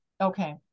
okay